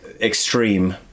extreme